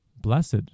blessed